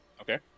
Okay